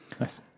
Nice